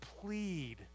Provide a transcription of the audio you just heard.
plead